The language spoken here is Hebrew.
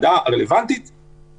הוועדה דנה בצדק רב במגפה הבריאותית,